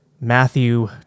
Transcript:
Matthew